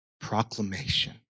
proclamation